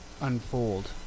unfold